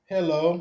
Hello